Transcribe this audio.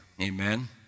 Amen